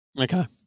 Okay